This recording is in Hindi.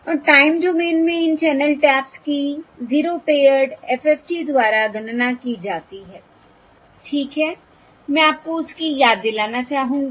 और टाइम डोमेन में इन चैनल टैप्स की 0 पेअर्ड FFT द्वारा गणना की जाती है ठीक है मैं आपको उसकी याद दिलाना चाहूंगी